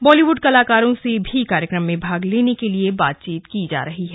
बॉलीवुड कलाकारों से भी कार्यक्रम में भाग लेने के लिए बातचीत की जा रही है